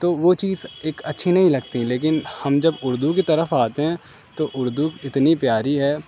تو وہ چیز ایک اچھی نہیں لگتی لیکن ہم جب اردو کی طرف آتے ہیں تو اردو اتنی پیاری ہے